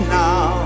now